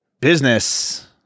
business